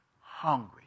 hungry